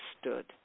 stood